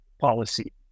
policy